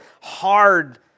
hard